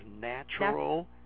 Natural